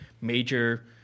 major